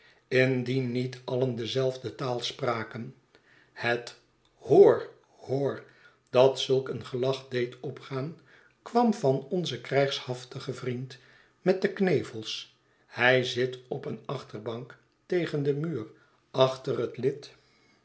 indien niet alien dezelfde taal spraken het hoor hoor dat zulk een gelach deed opgaan kwam van onzen krijgshaftigen vriend met de knevels hij zit op een achterbank tegen den rnuur achter het lid